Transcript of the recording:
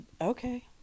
okay